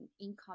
income